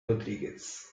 rodríguez